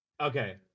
okay